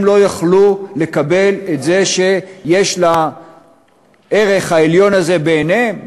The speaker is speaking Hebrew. הם לא יכלו לקבל את זה שהערך העליון הזה בעיניהם,